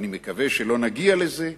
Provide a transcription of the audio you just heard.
ואני מקווה שלא נגיע לזה,